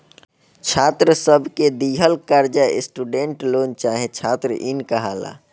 छात्र सब के दिहल कर्जा स्टूडेंट लोन चाहे छात्र इन कहाला